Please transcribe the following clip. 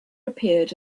appeared